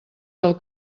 del